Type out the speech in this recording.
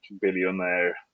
billionaire